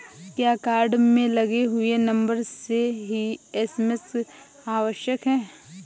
क्या कार्ड में लगे हुए नंबर से ही एस.एम.एस आवश्यक है?